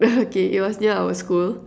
okay it was near our school